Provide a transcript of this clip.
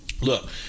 Look